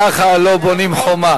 ככה לא בונים חומה.